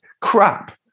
crap